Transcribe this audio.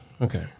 okay